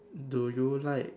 do you like